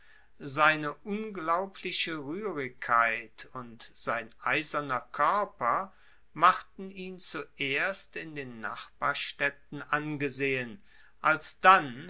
seine unglaubliche ruehrigkeit und sein eiserner koerper machten ihn zuerst in den nachbarstaedten angesehen alsdann